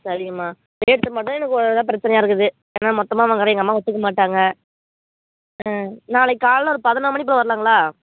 சரிங்கம்மா ரேட் மட்டும் எனக்கு ஓ எதாக பிரச்சனையாக இருக்குது ஏன்னா மொத்தமாக வாங்கிறேன் எங்கள் அம்மா ஒத்துக்கமாட்டாங்க ஆ நாளைக்கு காலைல ஒரு பதினோரு மணி போல வரலாங்களா